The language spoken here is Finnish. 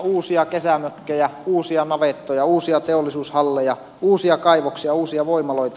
uusia kesämökkejä uusia navettoja uusia teollisuushalleja uusia kaivoksia uusia voimaloita